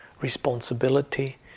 responsibility